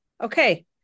okay